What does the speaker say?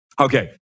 Okay